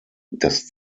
das